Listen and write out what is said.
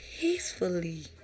peacefully